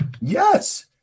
Yes